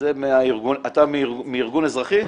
אתה מארגון אזרחי?